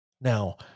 now